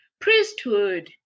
priesthood